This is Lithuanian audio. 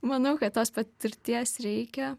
manau kad tos patirties reikia